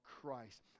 christ